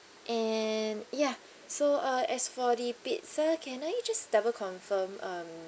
and ya so uh as for the pizza can I just double confirm um